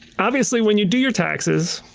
obviously when you do your taxes,